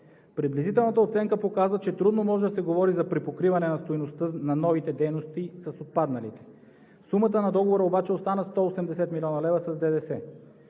Приблизителната оценка показа, че трудно може да се говори за припокриване на стойността на новите дейности с отпадналите. Сумата на договора обаче остана 180 млн. лв. с ДДС.